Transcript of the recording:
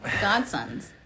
godsons